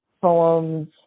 poems